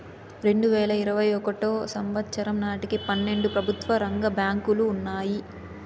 రెండువేల ఇరవై ఒకటో సంవచ్చరం నాటికి పన్నెండు ప్రభుత్వ రంగ బ్యాంకులు ఉన్నాయి